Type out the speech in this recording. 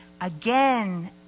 again